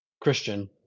Christian